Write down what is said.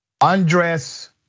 Undress